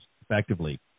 effectively